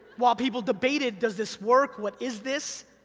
while people debated, does this work, what is this?